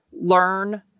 learn